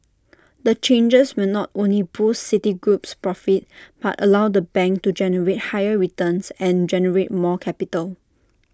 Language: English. the changes will not only boost Citigroup's profits but allow the bank to generate higher returns and generate more capital